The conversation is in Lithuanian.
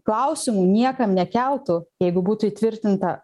klausimų niekam nekeltų jeigu būtų įtvirtinta